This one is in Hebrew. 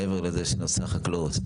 מעבר לזה שנושא החקלאות,